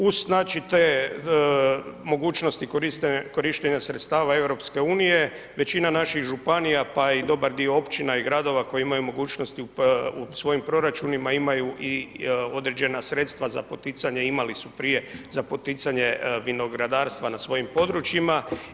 Uz znači te mogućnosti korištenja sredstava EU većina naših županija pa i dobar dio općina i gradova koji imaju mogućnosti u svojim proračunima imaju i određena sredstva za poticanje i imali su prije za poticanje vinogradarstva na svojim područjima.